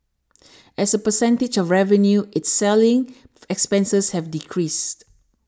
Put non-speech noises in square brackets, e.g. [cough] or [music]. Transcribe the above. as a percentage of revenue its selling [unintelligible] expenses have decreased